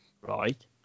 Right